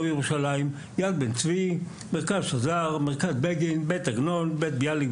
פה בירושלים; יד בן צבי; מרכז שז"ר; מרכז בגין; בית עגנון; בית ביאליק,